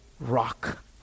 rock